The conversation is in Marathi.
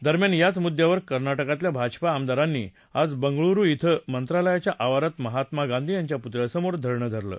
दरम्यान याच मुद्यावर कर्नाटकातल्या भाजपा आमदारांनी आज बंगळुरु क्रें मंत्रालयाच्या आवारात महात्मा गांधी यांच्या पुतळ्यासमोर धरणं धरलं